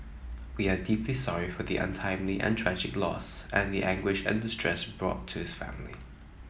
we are deeply sorry for the untimely and tragic loss and the anguish and distress brought to his family